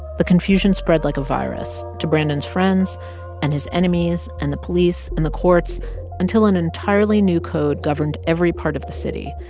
the confusion spread like a virus to brandon's friends and his enemies and the police and the courts until an entirely new code governed every part of the city,